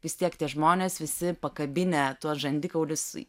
vis tiek tie žmonės visi pakabinę tuos žandikaulius